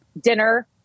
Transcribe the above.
dinner